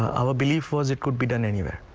i will be for that could be done anything.